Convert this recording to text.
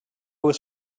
was